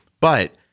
But-